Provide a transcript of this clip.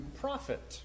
profit